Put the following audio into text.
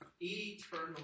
eternal